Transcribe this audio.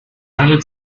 handelt